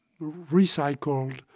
recycled